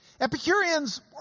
Epicureans